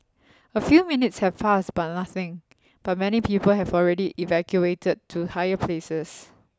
a few minutes have passed but nothing but many people have already evacuated to higher places